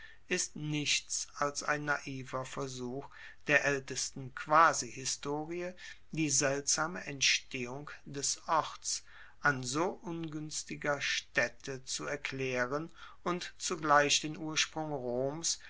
ist nichts als ein naiver versuch der aeltesten quasihistorie die seltsame entstehung des orts an so unguenstiger staette zu erklaeren und zugleich den ursprung roms